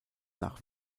nach